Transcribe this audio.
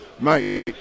Mate